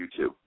YouTube